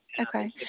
Okay